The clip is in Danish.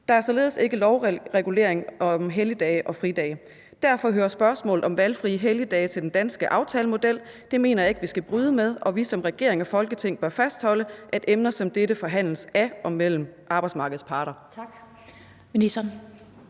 Der er således ikke lovregulering af helligdage og fridage. Derfor hører spørgsmålet om valgfrie helligdage til den danske aftalemodel. Det mener jeg ikke vi skal bryde med, og vi som regering og Folketing bør fastholde, at emner som dette forhandles af og mellem arbejdsmarkedets parter.« Kl. 15:31 Den